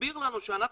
תסביר לנו שאנחנו,